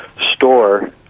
store